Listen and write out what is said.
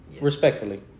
Respectfully